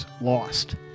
lost